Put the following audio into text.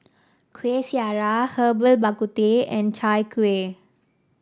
Kueh Syara Herbal Bak Ku Teh and Chai Kueh